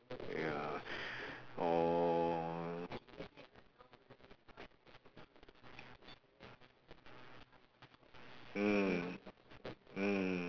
ya or mm mm